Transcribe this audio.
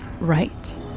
right